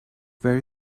very